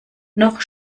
noch